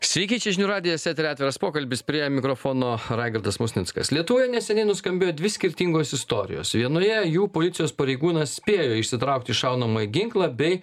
sveiki čia žinių radijas etery atviras pokalbis prie mikrofono raigardas musnickas lietuvoje neseniai nuskambėjo dvi skirtingos istorijos vienoje jų policijos pareigūnas spėjo išsitraukti šaunamąjį ginklą bei